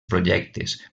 projectes